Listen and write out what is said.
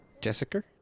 Jessica